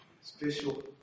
special